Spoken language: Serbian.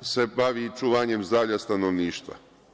se bavi čuvanjem zdravlja stanovništva.